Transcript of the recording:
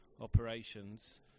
operations